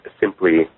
simply